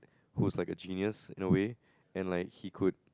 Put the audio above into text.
who's like a genius in a way and like he could